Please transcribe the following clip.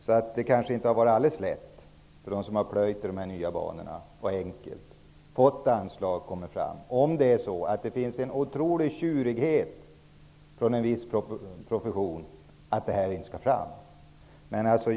Det är kanske inte alldeles lätt för dem som har plöjt i dessa nya banor att komma fram och få anslag, om det finns ett tjurigt motstånd från en viss profession mot att detta kommer fram.